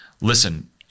listen